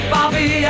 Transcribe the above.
Bobby